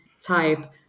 type